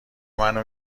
منو